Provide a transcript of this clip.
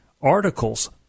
articles